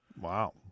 Wow